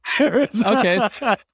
Okay